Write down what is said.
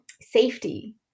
safety